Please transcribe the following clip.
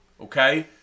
Okay